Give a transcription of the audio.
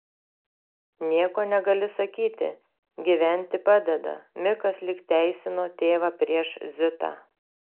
nieko negali sakyti gyventi padeda mikas lyg teisino tėvą prieš zitą